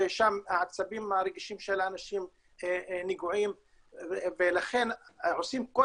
ששם העצבים הרגישים של האנשים נגועים ולכן עושים כל